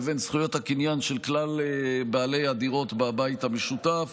לבין זכויות הקניין של כלל בעלי הדירות בבית המשותף.